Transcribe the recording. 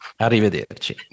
Arrivederci